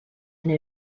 and